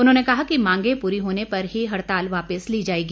उन्होंने कहा कि मांगे पूरी होने पर ही हड़ताल वापिस ली जाएगी